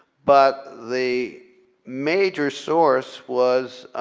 but the major source was